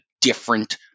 different